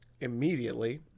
immediately